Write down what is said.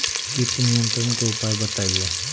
किट नियंत्रण के उपाय बतइयो?